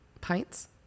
Pints